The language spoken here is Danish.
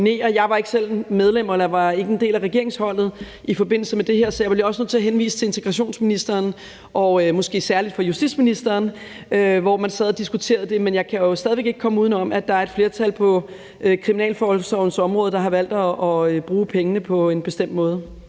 Jeg var ikke selv en del af regeringsholdet i forbindelse med det her, så jeg er også nødt til at henvise til integrationsministeren og måske særlig justitsministeren, hvor man sad og diskuterede det. Men jeg kan stadig væk ikke komme udenom, at der er et flertal på kriminalforsorgsområdet, der har valgt at bruge pengene på en bestemt måde.